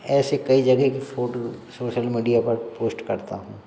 ऐसे कई जगह की फ़ोटू सोशल मीडिया पर पोश्ट करता हूँ